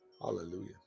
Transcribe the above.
Hallelujah